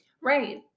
Right